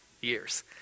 years